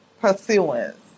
pursuance